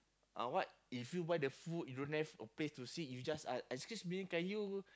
uh what if you buy the food you don't have a place to seat you just ask excuse me can you